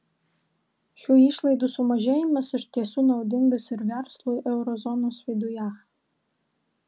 šių išlaidų sumažėjimas iš tiesų naudingas ir verslui euro zonos viduje